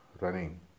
running